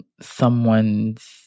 someone's